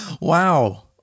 Wow